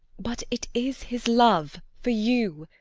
but it is his love for you.